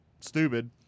stupid